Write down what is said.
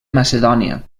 macedònia